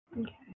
Okay